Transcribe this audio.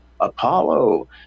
Apollo